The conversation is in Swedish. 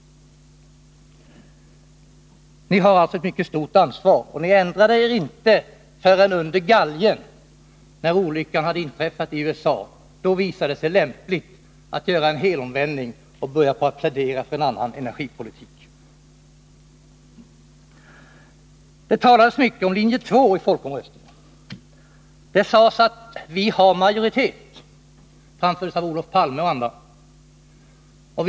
Ni har alltså ett mycket stort ansvar. Ni ändrade er inte förrän under galgen — när olyckan hade inträffat i USA. Då visade det sig lämpligt att göra en helomvändning och börja plädera för en annan energipolitik. Det talades mycket om linje 2 i folkomröstningen. Det sades att ”vi har majoritet”. Det framfördes av Olof Palme och andra personer.